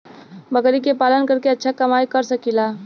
बकरी के पालन करके अच्छा कमाई कर सकीं ला?